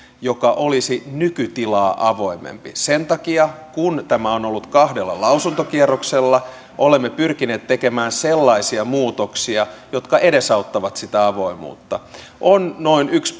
joka olisi nykytilaa avoimempi sen takia kun tämä on ollut kahdella lausuntokierroksella olemme pyrkineet tekemään sellaisia muutoksia jotka edesauttavat sitä avoimuutta on noin yksi